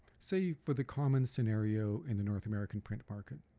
say, for the common scenario in the north american print market